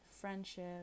friendship